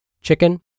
Chicken